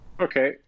Okay